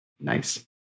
Nice